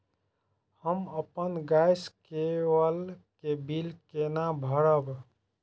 हम अपन गैस केवल के बिल केना भरब?